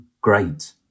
great